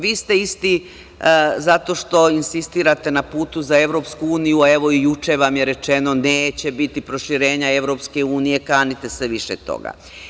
Vi ste isti zato što insistirate na putu za EU, a i juče vam je rečeno da neće biti proširenja EU, kanite se više toga.